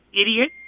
idiot